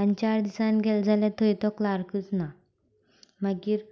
आनीक चार दिसान गेले जाल्यार थंय तो क्लार्कच ना मागीर